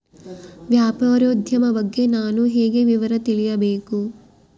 ವ್ಯಾಪಾರೋದ್ಯಮ ಬಗ್ಗೆ ನಾನು ಹೇಗೆ ವಿವರ ತಿಳಿಯಬೇಕು?